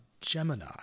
Gemini